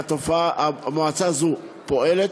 ומועצה זו פועלת.